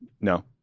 No